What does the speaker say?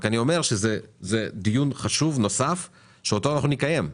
אני רק אומר שזה דיון חשוב נוסף שאותו נקיים.